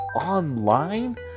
online